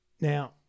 Now